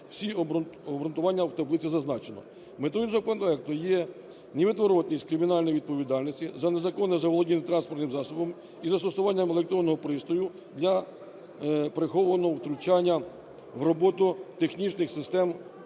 Всі обґрунтування в таблиці зазначено. Метою законопроекту є невідворотність кримінальної відповідальності за незаконне заволодіння транспортним засобом із застосуванням електронного пристрою для прихованого втручання в роботу технічних систем